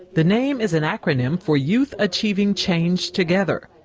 the name is an acronym for youth achieving change together.